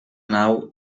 nau